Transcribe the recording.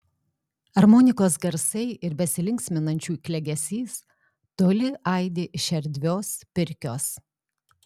armonikos garsai ir besilinksminančių klegesys toli aidi iš erdvios pirkios